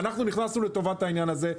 נכנסנו לעניין הזה,